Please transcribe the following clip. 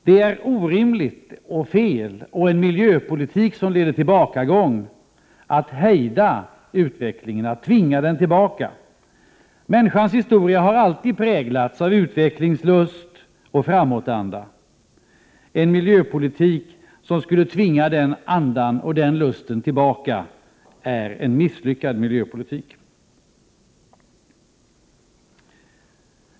Det är orimligt och fel och en miljöpolitik som leder till tillbakagång att hejda utvecklingen, att tvinga den tillbaka. Människans historia har alltid präglats av utvecklingslust och framåtanda. En miljöpolitik som skulle tvinga den andan och den lusten tillbaka är en misslyckad miljöpolitik.